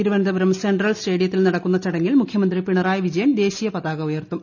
Thiruvananthapuram central സ്റ്റേഡിയത്തിൽ നടക്കുന്ന ചടങ്ങിൽ മുഖ്യമന്ത്രി പിണറായി വിജയൻ ദേശീയ പതാക ഉയർത്തും